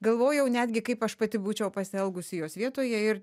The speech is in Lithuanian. galvojau netgi kaip aš pati būčiau pasielgusi jos vietoje ir